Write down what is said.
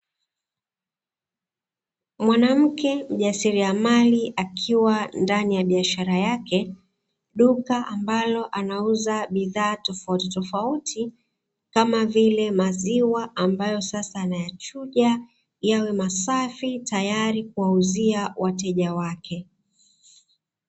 Mwanamke mjasiriamali akiwa ndani ya biashara yake, duka ambalo anauza bidhaa tofauti tofauti kama vile maziwa ambayo sasa anayachuja yawe masafi tayari kwa kuwauzia wateja wake.